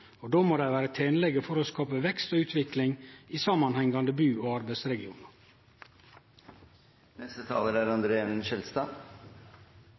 og då må dei vere tenlege for å skape vekst og utvikling i samanhengande bu- og